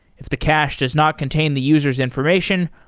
if the cache does not contain the user s information,